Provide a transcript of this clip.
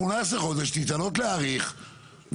18 חודשים והזדמנות להאריך,